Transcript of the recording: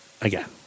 again